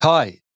Hi